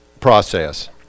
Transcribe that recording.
process